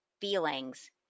feelings